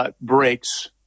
breaks